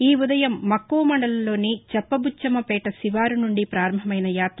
ఈ ఉదయం మక్శువ మండలంలోని చప్పబుచ్చమ్మపేట శివారు నుండి ప్రారంభమైన యాత